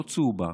לא צהובה.